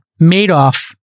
Madoff